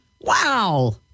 Wow